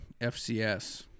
FCS